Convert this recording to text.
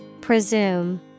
Presume